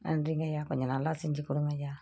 நன்றிங்கய்யா கொஞ்சம் நல்லா செஞ்சு கொடுங்கய்யா